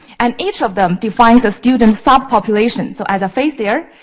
and each of them defines a student's sub-population. so, as a face there.